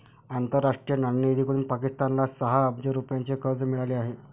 आंतरराष्ट्रीय नाणेनिधीकडून पाकिस्तानला सहा अब्ज रुपयांचे कर्ज मिळाले आहे